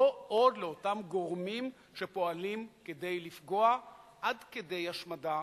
לא עוד לאותם גורמים שפועלים כדי לפגוע עד כדי השמדה,